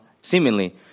seemingly